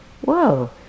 whoa